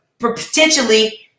potentially